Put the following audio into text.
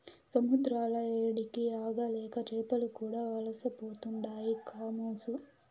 సముద్రాల ఏడికి ఆగలేక చేపలు కూడా వలసపోతుండాయి కామోసు